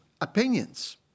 opinions